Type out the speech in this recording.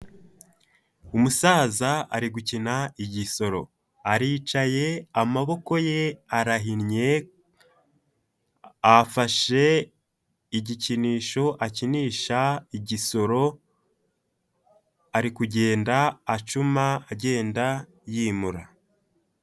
Umusaza ari gukina igisoro. Aricaye amaboko ye arahinnye, afashe igikinisho akinisha igisoro, ari kugenda acuma, agenda yimura.